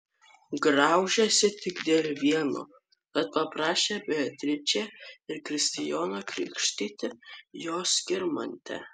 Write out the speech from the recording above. graužėsi tik dėl vieno kad paprašė beatričę ir kristijoną krikštyti jos skirmantę